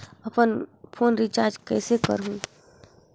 अपन phone recharge कइसे करहु?